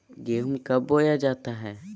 गेंहू कब बोया जाता हैं?